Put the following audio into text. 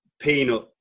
Peanut